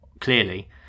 clearly